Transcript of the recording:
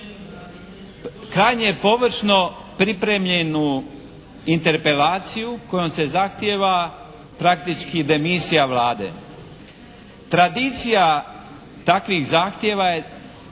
krajnje površno pripremljenu interpelaciju kojom se zahtijeva praktički demisija Vlade. Tradicija takvih zahtjeva je